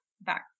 back